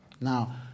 Now